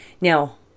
Now